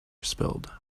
spilled